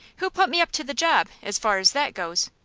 who put me up to the job, as far as that goes?